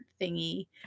thingy